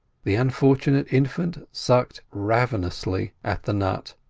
the unfortunate infant sucked ravenously at the nut,